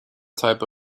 type